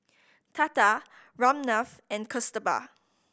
Tata Ramnath and Kasturba